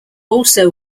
also